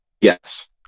Yes